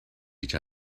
each